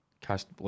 cast